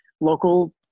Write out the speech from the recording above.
local